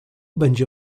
będzie